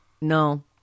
No